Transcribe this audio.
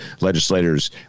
legislators